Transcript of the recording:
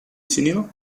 cinéma